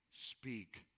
speak